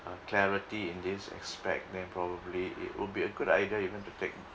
uh clarity in these aspect then probably it will be a good idea even to take